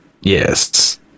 Yes